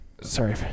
Sorry